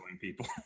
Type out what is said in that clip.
people